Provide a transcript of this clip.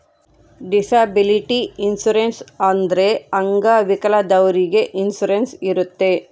disability insurance ಅಂದ್ರೆ ಅಂಗವಿಕಲದವ್ರಿಗೆ insurance ಇರುತ್ತೆ